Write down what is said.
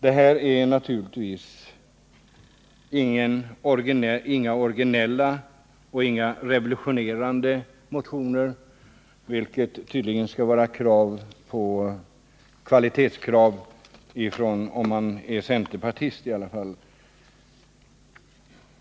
Det är naturligtvis inga originella och revolutionerande motioner som vi har väckt, ett kvalitetskrav som tydligen skall gälla åtminstone om man är centerpartist.